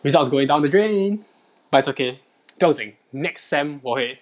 results going down the drain but it's okay 不用紧 next sem 我会